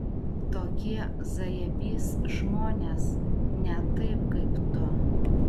tokie zajabys žmonės ne taip kaip tu